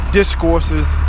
discourses